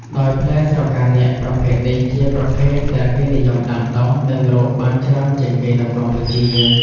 ដោយ ផ្លែស្រកានាគប្រភេទនេះជាប្រភេទដែលគេនិយមដាំដុះ និងរកបានច្រើនជាងគេនៅកម្ពុជា។